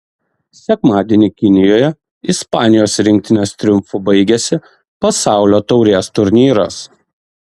sekmadienį kinijoje ispanijos rinktinės triumfu baigėsi pasaulio taurės turnyras